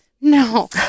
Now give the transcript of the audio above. No